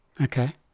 Okay